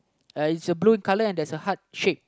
uh it's a blue color and there's a heart shape